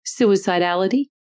suicidality